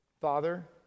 Father